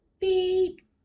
beep